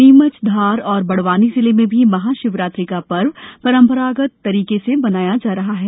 नीमचधारऔर बड़वानी जिले में भी महाशिवरात्रि का पर्व परंपरागत तरीके से मनाया जा रहा है